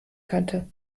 könnte